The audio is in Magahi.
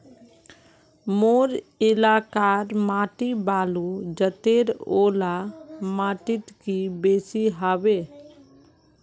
मोर एलाकार माटी बालू जतेर ओ ला माटित की बेसी हबे?